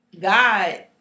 God